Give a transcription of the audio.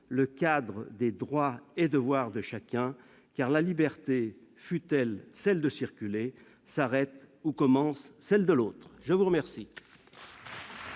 le cadre des droits et devoirs de chacun, car la liberté, fût-ce celle de circuler, s'arrête où commence celle de l'autre. La parole